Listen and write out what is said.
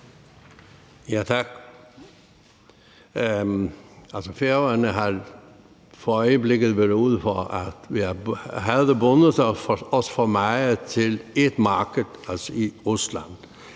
: Tak. Færøerne er vel for øjeblikket ude for at have bundet sig også for meget til ét marked, altså i Rusland.